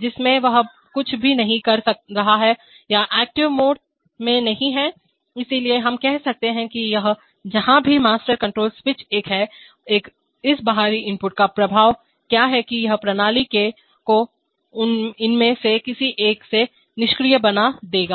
जिसमें वह कुछ भी नहीं कर रहा है यह एक्टिव मोड सक्रिय मोड में नहीं है इसलिए हम कह सकते हैं कि यह जहां भी मास्टर कंट्रोल स्विच एक है इस बाहरी इनपुट का प्रभाव क्या है कि यह प्रणाली को इनमें से किसी एक से निष्क्रिय बना देगा